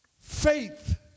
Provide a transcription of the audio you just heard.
Faith